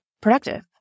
productive